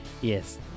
yes